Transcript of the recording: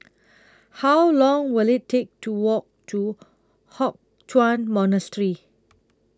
How Long Will IT Take to Walk to Hock Chuan Monastery